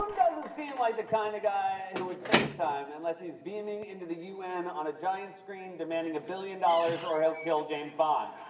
doesn't seem like the kind of guy who would facetime unless he's beaming into the u n. on a giant screen demanding a billion dollars or he'll kill james bond.